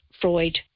Freud